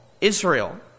Israel